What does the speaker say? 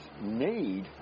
need